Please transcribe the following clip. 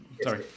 Sorry